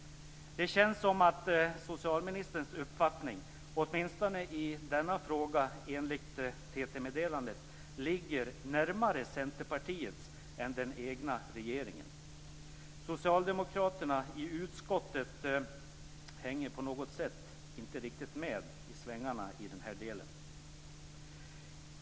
Det känns som om socialministerns uppfattning enligt TT-meddelandet, åtminstone i denna fråga, ligger närmare Centerpartiets än den egna regeringens. Socialdemokraterna i utskottet hänger på något sätt inte riktigt med i svängarna i den här delen.